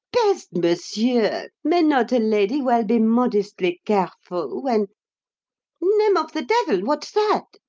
peste, monsieur! may not a lady well be modestly careful, when name of the devil! what's that?